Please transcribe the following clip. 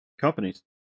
companies